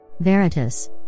Veritas